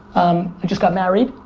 i just got married.